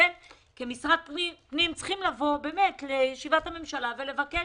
אתם כמשרד הפנים צריכים לגשת לישיבת הממשלה ולבקש